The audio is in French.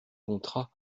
contrats